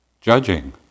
judging